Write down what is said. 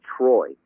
Troy